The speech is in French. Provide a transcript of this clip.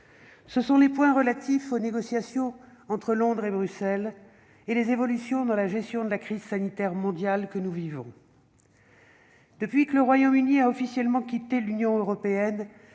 du développement durable : les négociations entre Londres et Bruxelles et les évolutions dans la gestion de la crise sanitaire mondiale que nous vivons. Depuis que le Royaume-Uni a officiellement quitté l'Union européenne,